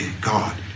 God